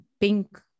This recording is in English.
pink